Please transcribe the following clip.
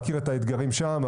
מכיר את האתגרים שם,